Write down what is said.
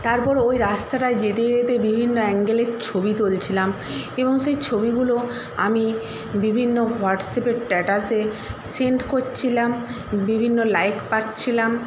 তারপর ওই রাস্তাটায় যেতে যেতে বিভিন্ন অ্যাঙ্গেলের ছবি তুলছিলাম এবং সেই ছবিগুলো আমি বিভিন্ন হোয়াটসঅ্যাপের ট্যাটাসে সেন্ড করছিলাম বিভিন্ন লাইক পাচ্ছিলাম